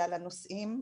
יאללה נוסעים.